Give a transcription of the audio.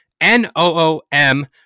N-O-O-M